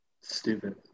Stupid